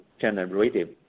generative